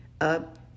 up